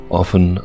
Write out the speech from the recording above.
often